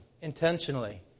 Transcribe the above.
intentionally